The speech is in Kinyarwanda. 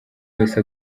wese